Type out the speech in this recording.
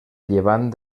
llevant